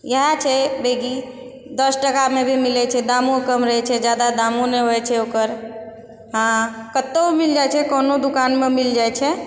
इएह छै मैगी दस टकामे भी मिलै छै दामो काम रहै छै ज्यादा दामो नहि होइ छै ओकर हँ कतहु मिल जाइ छै कोनो दुकानमे मिल जाइ छै